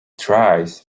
tries